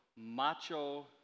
Macho